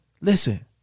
listen